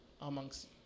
amongst